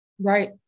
Right